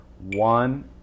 one